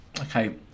Okay